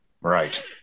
Right